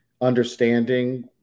understanding